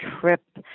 trip